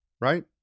right